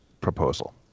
proposal